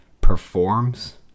performs